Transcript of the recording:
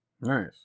Nice